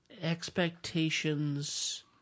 expectations